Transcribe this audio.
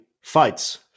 fights